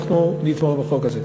אנחנו נתמוך בחוק הזה.